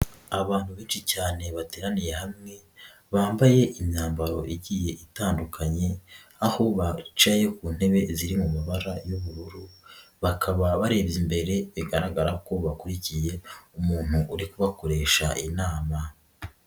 Abantu benshi cyane bateraniye hamwe, bambaye imyambaro igiye itandukanye, aho bicaye ku ntebe ziri mu mabara y'ubururu, bakaba bareba imbere bigaragara ko bakurikiye umuntu uri kubakoresha inama.